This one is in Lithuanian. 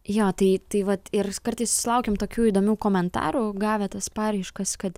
jo tai tai vat ir kartais sulaukiam tokių įdomių komentarų gavę tas paraiškas kad